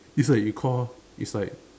it's like you call her it's like